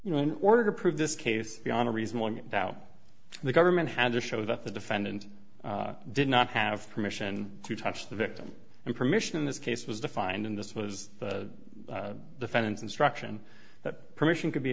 you know in order to prove this case beyond a reasonable doubt the government had to show that the defendant did not have permission to touch the victim and permission in this case was defined in this was the fence instruction that permission c